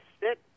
sit